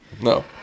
no